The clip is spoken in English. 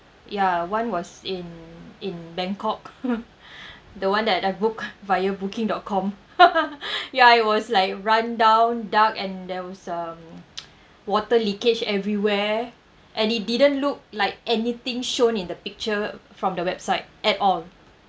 ya one was in in bangkok the one that I've booked via booking dot com ya it was like rundown dark and there was um water leakage everywhere and it didn't look like anything shown in the picture from the website at all